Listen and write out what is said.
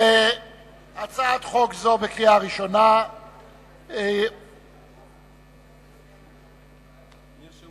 לדיון בקריאה ראשונה בהצעת חוק זו נרשמו